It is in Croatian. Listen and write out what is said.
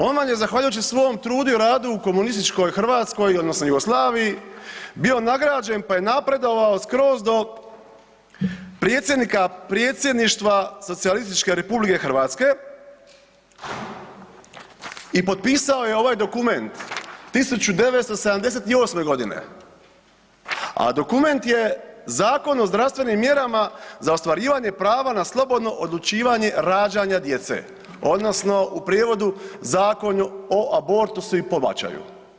On vam je zahvaljujući svom trudu i radu u komunističkoj Hrvatskoj odnosno Jugoslaviji bio nagrađen, pa je napredovao skroz do predsjednika predsjedništva Socijalističke RH i potpisao je ovaj dokument 1978.g., a dokument je Zakon o zdravstvenim mjerama za ostvarivanje prava na slobodno odlučivanje rađanja djece odnosno u prijevodu Zakon o abortusu i pobačaju.